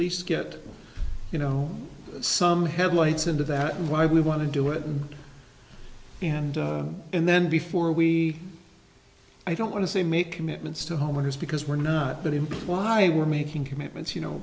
least get you know some headlights into that and why we want to do it and and then before we i don't want to say make commitments to homeowners because we're not that imply we're making commitments you know